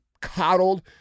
coddled